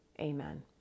Amen